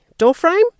doorframe